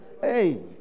Hey